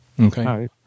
Okay